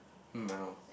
um I know